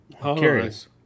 Curious